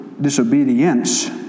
disobedience